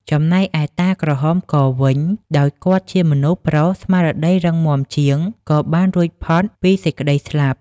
ចំណែកឯតាក្រហមកវិញ ដោយគាត់ជាមនុស្សប្រុសស្មារតីរឹងជាង ក៏បានរួចផុតពីសេចក្ដីស្លាប់ ។